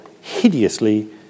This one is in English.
hideously